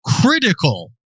critical